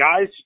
guys